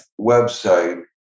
website